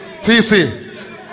TC